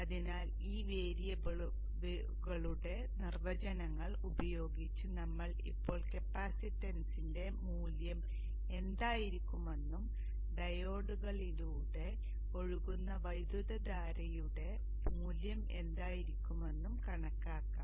അതിനാൽ ഈ വേരിയബിളുകളുടെ നിർവചനങ്ങൾ ഉപയോഗിച്ച് നമ്മൾ ഇപ്പോൾ കപ്പാസിറ്റൻസിന്റെ മൂല്യം എന്തായിരിക്കുമെന്നും ഡയോഡുകളിലൂടെ ഒഴുകുന്ന വൈദ്യുതധാരയുടെ മൂല്യം എന്തായിരിക്കുമെന്നും കണക്കാക്കാം